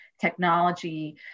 technology